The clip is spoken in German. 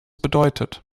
bedeutet